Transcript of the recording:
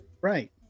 Right